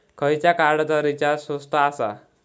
खयच्या कार्डचा रिचार्ज स्वस्त आसा?